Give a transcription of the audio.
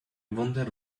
wonder